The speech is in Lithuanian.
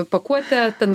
pakuotę ten